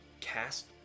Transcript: cast